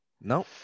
no